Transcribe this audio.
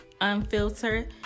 unfiltered